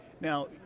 Now